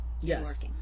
Yes